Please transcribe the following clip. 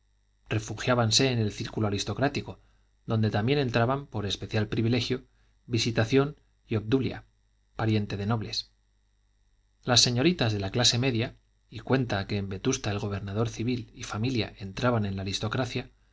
rodeaba refugiábanse en el círculo aristocrático donde también entraban por especial privilegio visitación y obdulia pariente de nobles las señoritas de la clase media y cuenta que en vetusta el gobernador civil y familia entraban en la aristocracia se vengaban de aquel desdén mal disimulado contándoles los huesos de la